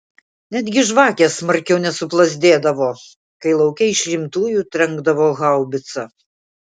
netgi žvakės smarkiau nesuplazdėdavo kai lauke iš rimtųjų trenkdavo haubica